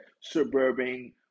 suburban